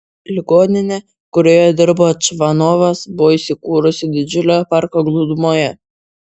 ligoninė kurioje dirbo čvanovas buvo įsikūrusi didžiulio parko glūdumoje